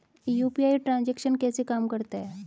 UPI transaction कैसे काम करता है?